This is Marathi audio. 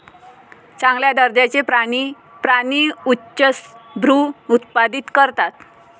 चांगल्या दर्जाचे प्राणी प्राणी उच्चभ्रू उत्पादित करतात